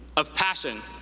of passion,